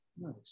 nice